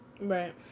Right